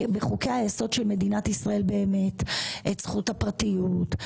היסוד של מדינת ישראל באמת את זכות הפרטיות,